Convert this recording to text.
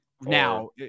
now